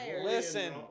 listen